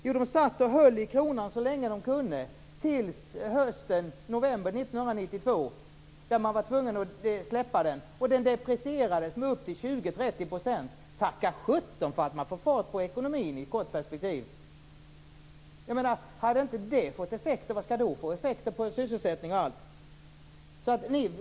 Jo, de höll i kronan så länge som de kunde till november 1992 då de var tvungna att släppa den. Kronan deprecierades med upp till 20-30 %. Tacka sjutton för att man får fart på ekonomin i ett kort perspektiv! Hade inte detta fått effekt, vad skall då få effekt på sysselsättningen?